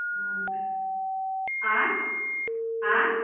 हँ आँय आँय